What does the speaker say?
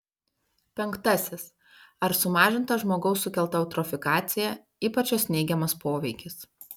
penktasis ar sumažinta žmogaus sukelta eutrofikacija ypač jos neigiamas poveikis